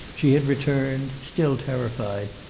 she had returned, still terrified,